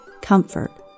comfort